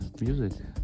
music